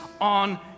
on